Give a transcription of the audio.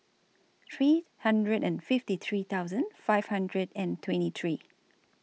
three hundred and fifty three thousand five hundred and twenty three